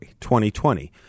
2020